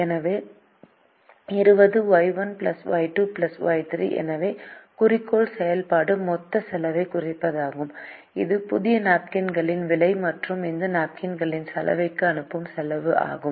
எனவே 20 Y 1 Y 2 Y3 எனவே குறிக்கோள் செயல்பாடு மொத்த செலவைக் குறைப்பதாகும் இது புதிய நாப்கின்களின் விலை மற்றும் இந்த நாப்கின்களை சலவைக்கு அனுப்பும் செலவும் ஆகும்